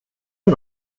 för